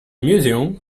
museum